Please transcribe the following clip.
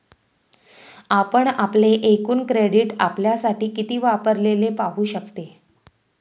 आपण आपले एकूण क्रेडिट आपल्यासाठी किती वापरलेले पाहू शकते